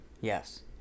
yes